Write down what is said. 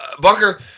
Bunker